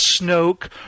Snoke